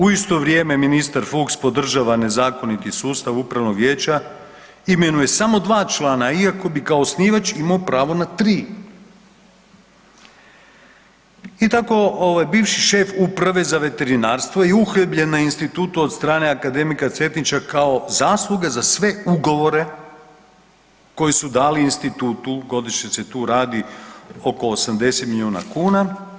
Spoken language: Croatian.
U isto vrijeme ministar Fuchs podržava nezakoniti sustav upravnog vijeća, imenuje samo 2 člana iako bi kao osnivač imao pravo na 3. I tako bivši šef uprave za veterinarstvo je uhljebljen na institutu od strane akademika Cvetnića kao zasluga za sve ugovore koji su dali institutu, godišnje se tu radi oko 80 miliona kuna.